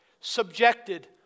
Subjected